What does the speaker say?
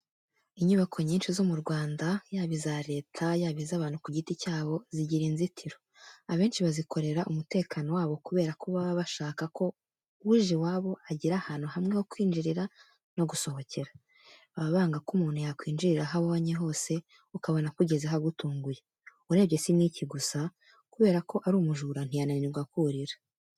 Inyubako nyinshi zo mu Rwanda, yaba iza Leta, yaba iz'abantu ku giti cyabo, zigira inzitiro. Abenshi bazikorera umutekano wabo kubera ko baba bashaka ko uje iwabo agira ahantu hamwe ho kwinjirira no gusohokera. Baba banga ko umuntu yakwinjirira aho abonye hose ukabona akugezeho agutunguye. Urebye si n'iki gusa, kubera ko ari umujura ntiyananirwa kurira.